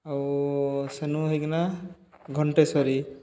ଆଉ ସେନୁ ହେଇକିନା ଘଣ୍ଟେଶ୍ଵରୀ